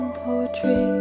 poetry